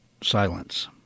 silence